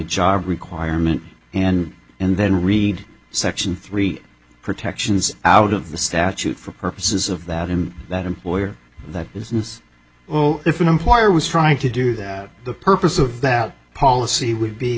job requirement and and then read section three protections out of the statute for purposes of that in that employer that business well if an employer was trying to do that the purpose of that policy would be